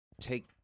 take